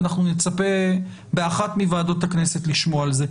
ואנחנו נצפה באחת מוועדות הכנסת לשמוע על זה.